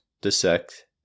dissect